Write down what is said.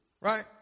Right